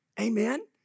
Amen